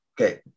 okay